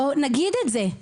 בואו נגיד את זה,